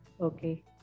Okay